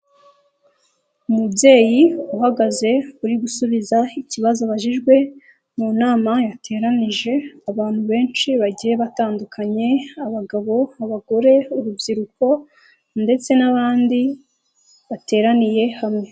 Umubyeyi uhagaze uri gusubiza ikibazo abajijwe, mu nama yateranije abantu benshi bagiye batandukanye, abagabo, abagore, urubyiruko ndetse n'abandi, bateraniye hamwe.